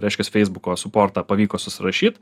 reiškias feisbuko suportą pavyko susirašyt